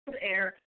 air